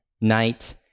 night